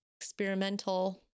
experimental